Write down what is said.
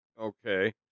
okay